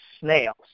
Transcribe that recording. snails